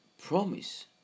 promise